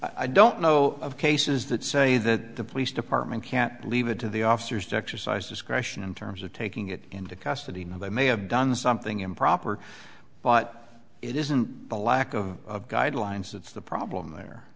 i don't know of cases that say that the police department can't leave it to the officers to exercise discretion in terms of taking it into custody no they may have done something improper but it isn't the lack of guidelines that's the problem there